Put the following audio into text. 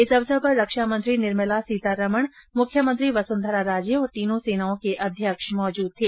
इस अवसर पर रक्षा मंत्री निर्मला सीतारमण मुख्यमंत्री वसुंधरा राजे और तीनों सेनाओं के अध्यक्ष मौजूद थे